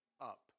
up